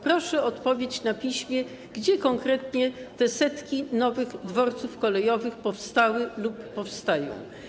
Proszę o odpowiedź na piśmie, gdzie konkretnie te setki nowych dworców kolejowych powstały lub powstają.